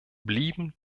blieben